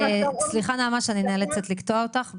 נעמה, סליחה שאני נאלצת לקטוע אותך.